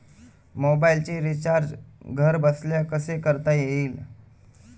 मोबाइलचे रिचार्ज घरबसल्या कसे करता येईल?